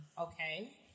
Okay